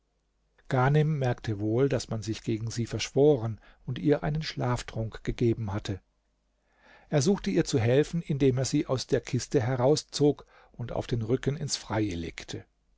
ghanem merkte wohl daß man sich gegen sie verschworen und ihr einen schlaftrunk gegeben hatte er suchte ihr zu helfen indem er sie aus der kiste herauszog und auf den rücken ins freie legte